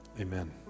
Amen